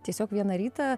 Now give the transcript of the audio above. tiesiog vieną rytą